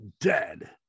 dead